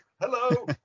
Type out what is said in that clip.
hello